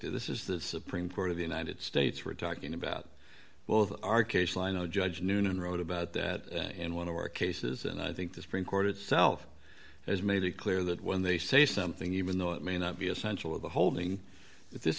dicta this is the supreme court of the united states we're talking about well of our case line zero judge noonan wrote about that in one of our cases and i think the supreme court itself has made it clear that when they say something even though it may not be essential of the holding this